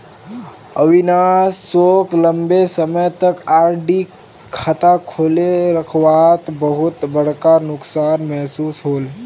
अविनाश सोक लंबे समय तक आर.डी खाता खोले रखवात बहुत बड़का नुकसान महसूस होल